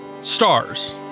Stars